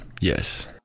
Yes